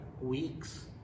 weeks